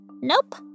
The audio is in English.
nope